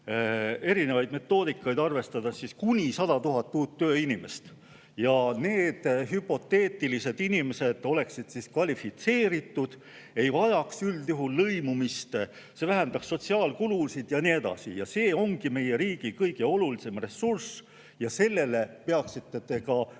erinevaid metoodikaid arvestades, kuni 100 000 uut tööinimest. Need hüpoteetilised inimesed oleksid kvalifitseeritud, ei vajaks üldjuhul lõimumist, see vähendaks sotsiaalkulusid ja nii edasi. See ongi meie riigi kõige olulisem ressurss ja sellele peaksite te ka